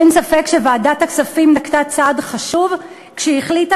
אין ספק שוועדת הכספים נקטה צעד חשוב כשהיא החליטה